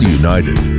united